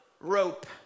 rope